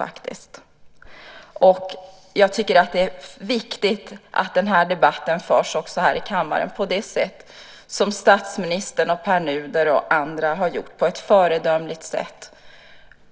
Det är viktigt att den debatten förs också här i kammaren på det sätt som statsministern, Pär Nuder och andra har gjort på ett föredömligt sätt.